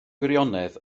gwirionedd